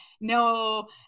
no